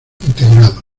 integrado